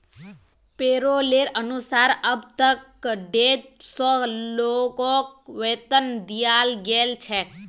पैरोलेर अनुसार अब तक डेढ़ सौ लोगक वेतन दियाल गेल छेक